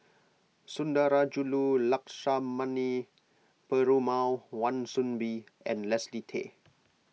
Sundarajulu Lakshmana Perumal Wan Soon Bee and Leslie Tay